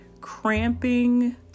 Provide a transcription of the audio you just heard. cramping